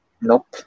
Nope